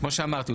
כמו שאמרתי,